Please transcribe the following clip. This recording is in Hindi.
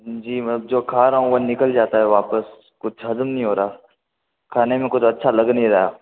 जी मैं अब जो खा रहा हूँ वह निकल जाता है वापस कुछ हजम नहीं हो रहा खाने में कुछ अच्छा लग नहीं रहा